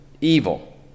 evil